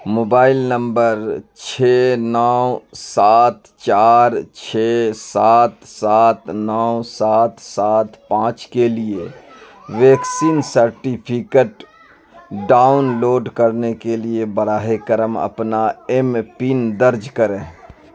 mobile نمبر چھ نو سات چار چھ سات سات نو سات سات پانچ کے لیے ویکسین سرٹیفکیٹ ڈاؤن لوڈ کرنے کے لیے براہ کرم اپنا ایم پن درج کریں